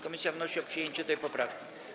Komisja wnosi o przyjęcie tej poprawki.